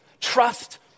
Trust